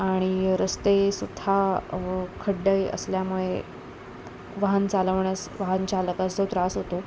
आणि रस्ते सुद्धा खड्डे असल्यामुळे वाहन चालवण्यास वाहन चालकास त्रास होतो